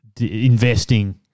investing